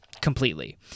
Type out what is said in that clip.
completely